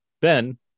Ben